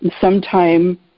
sometime